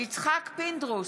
יצחק פינדרוס,